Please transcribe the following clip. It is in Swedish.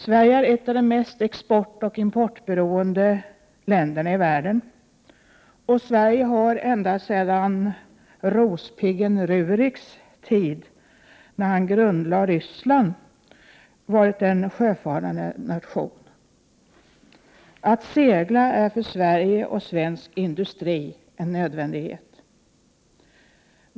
Sverige är ett av de mest exportoch importberoende länderna i världen, och Sverige har ända sedan rospiggen Rurik grundlade Ryssland varit en sjöfarande nation. Att segla är för Sverige och svensk industri en nödvändig Prot. 1988/89:96 het.